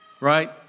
Right